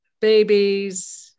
Babies